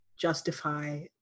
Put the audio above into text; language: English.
justify